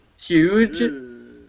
huge